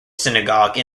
synagogue